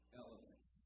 elements